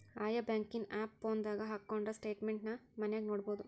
ಆಯಾ ಬ್ಯಾಂಕಿನ್ ಆಪ್ ಫೋನದಾಗ ಹಕ್ಕೊಂಡ್ರ ಸ್ಟೆಟ್ಮೆನ್ಟ್ ನ ಮನ್ಯಾಗ ನೊಡ್ಬೊದು